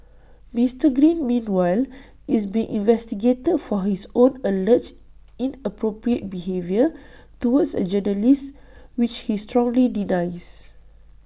Mister green meanwhile is being investigated for his own alleged inappropriate behaviour towards A journalist which he strongly denies